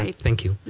thank you.